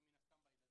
על סדר היום